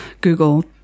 Google